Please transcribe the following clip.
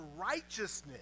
righteousness